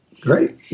Great